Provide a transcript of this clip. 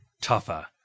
tougher